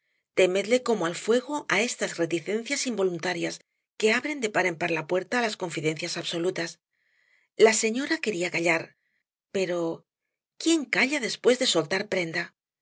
temedle como al fuego á estas reticencias involuntarias que abren de par en par la puerta á las confidencias absolutas la señora quería callar pero quién calla después de soltar prenda